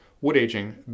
Wood-aging